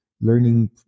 learning